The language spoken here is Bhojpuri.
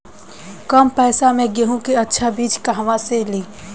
कम पैसा में गेहूं के अच्छा बिज कहवा से ली?